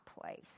place